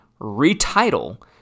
retitle